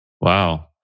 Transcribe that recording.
Wow